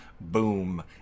Boom